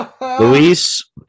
Luis